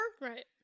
Right